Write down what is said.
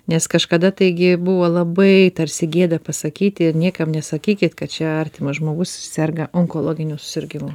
nes kažkada taigi buvo labai tarsi gėda pasakyti niekam nesakykit kad čia artimas žmogus serga onkologiniu susirgimu